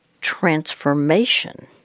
transformation